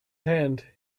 hand